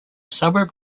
suburb